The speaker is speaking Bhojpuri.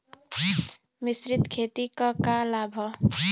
मिश्रित खेती क का लाभ ह?